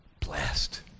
blessed